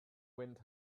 wind